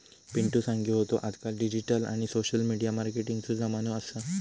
पिंटु सांगी होतो आजकाल डिजिटल आणि सोशल मिडिया मार्केटिंगचो जमानो असा